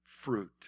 fruit